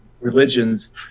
religions